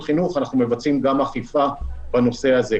חינוך אנחנו מבצעים גם אכיפה בנושא הזה.